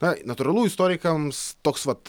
na natūralu istorikams toks vat